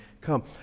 come